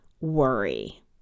Worry